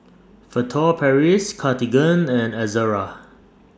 Furtere Paris Cartigain and Ezerra